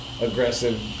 aggressive